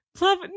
Love